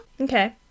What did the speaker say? Okay